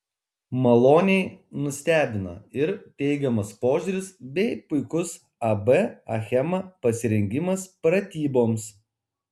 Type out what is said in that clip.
maloniai nustebino ir teigiamas požiūris bei puikus ab achema pasirengimas pratyboms